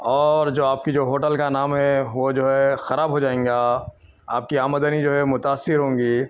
اور جو آپ کی جو ہوٹل کا نام ہے وہ جو ہے خراب ہو جائیں گا آپ کی آمدنی جو ہے متاثر ہوں گی